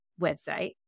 website